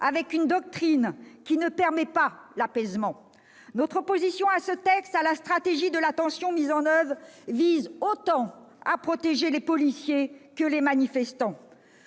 et une doctrine qui ne permettent pas l'apaisement. Notre opposition à ce texte, à la stratégie de la tension mise en oeuvre, vise à protéger autant les policiers que les manifestants